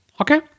Okay